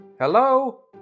Hello